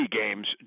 games